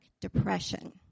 depression